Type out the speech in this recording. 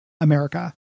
America